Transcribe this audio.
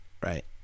Right